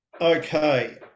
Okay